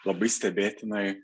labai stebėtinai